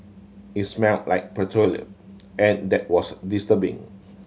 it smelt like petroleum and that was disturbing